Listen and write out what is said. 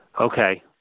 Okay